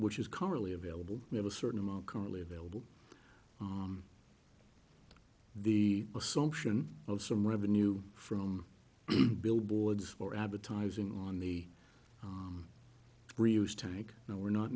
which is currently available we have a certain amount currently available on the assumption of some revenue from billboards or advertising on the reuse tank and we're not